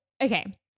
okay